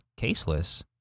caseless